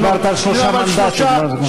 אתה דיברת על שלושה מנדטים כל הזמן.